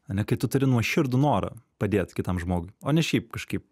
ane kai tu turi nuoširdų norą padėt kitam žmogui o ne šiaip kažkaip